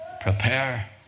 Prepare